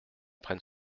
prenne